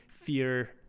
fear